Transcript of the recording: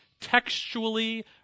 textually